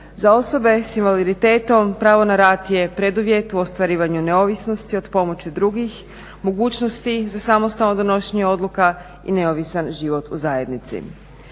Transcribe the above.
Za osobe sa invaliditetom pravo na rad je preduvjet u ostvarivanju neovisnosti od pomoći drugih, mogućnosti za samostalno donošenje odluka i neovisan život u zajednici.